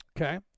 Okay